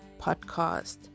podcast